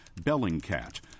Bellingcat